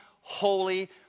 holy